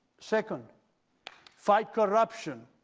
second fight corruption,